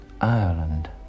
Ireland